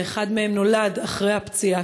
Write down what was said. שאחד מהם נולד אחרי הפציעה,